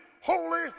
holy